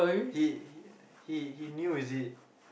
he he he knew is it